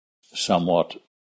somewhat